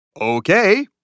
Okay